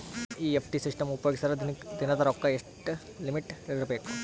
NEFT system ಉಪಯೋಗಿಸಿದರ ದಿನದ ರೊಕ್ಕದ ಲಿಮಿಟ್ ಎಷ್ಟ ಇರಬೇಕು?